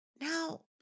now